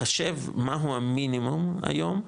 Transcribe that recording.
לחשב מה הוא המינימום היום,